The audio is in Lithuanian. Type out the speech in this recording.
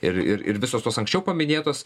ir ir ir visos tos anksčiau paminėtos